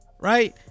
Right